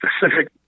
specific